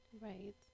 Right